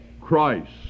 Christ